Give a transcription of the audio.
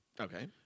Okay